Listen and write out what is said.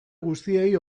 guztiei